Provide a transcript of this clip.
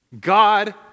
God